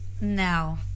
No